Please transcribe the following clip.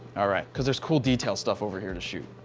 ah right, because there's cool detail stuff over here to shoot.